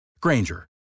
Granger